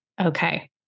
Okay